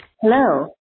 Hello